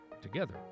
Together